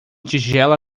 tigela